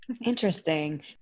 Interesting